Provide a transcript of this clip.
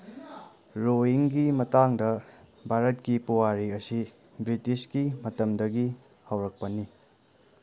ꯔꯣꯋꯤꯡꯒꯤ ꯃꯇꯥꯡꯗ ꯚꯥꯔꯠꯀꯤ ꯄꯨꯋꯥꯔꯤ ꯑꯁꯤ ꯕ꯭ꯔꯤꯇꯤꯁꯀꯤ ꯃꯇꯝꯗꯒꯤ ꯍꯧꯔꯛꯄꯅꯤ